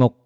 មុខ។